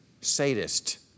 Sadist